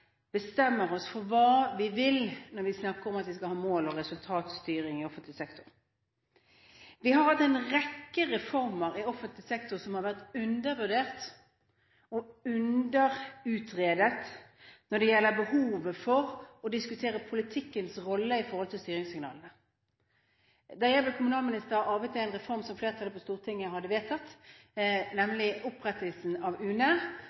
bestemmer oss for hva vi vil når vi snakker om at vi skal ha mål- og resultatstyring i offentlig sektor. Vi har hatt en rekke reformer i offentlig sektor som har undervurdert og underutredet behovet for å diskutere politikkens rolle i forhold til styringssignalene. Da jeg ble kommunalminister, arvet jeg en reform som flertallet på Stortinget hadde vedtatt, nemlig opprettelsen av UNE